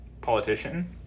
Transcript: politician